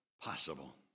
possible